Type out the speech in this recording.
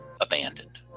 abandoned